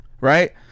Right